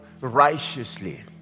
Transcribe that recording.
righteously